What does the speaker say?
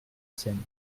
scène